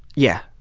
yeah.